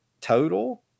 total